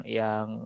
yang